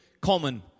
common